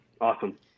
Awesome